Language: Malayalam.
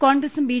കോൺഗ്രസും ബി